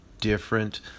different